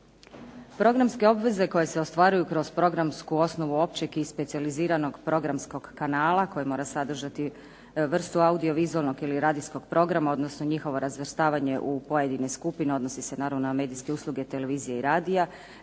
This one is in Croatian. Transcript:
Programske obveze koje se ostvaruju kroz programsku osnovu općeg i specijaliziranog programskog kanala, koje mora sadržati vrstu audiovizualnog ili radijskog programa, odnosno njihovo razvrstavanje u pojedinim skupinama odnosi se naravno na medijske usluge televizije ili radija,